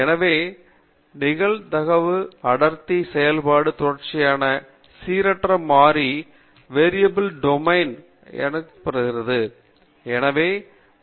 எனவே நிகழ்தகவு அடர்த்தி செயல்பாடு தொடர்ச்சியான சீரற்ற மாறி டொமைனில் நிகழ்தகவுகளின் விநியோகம் விவரிக்கிறது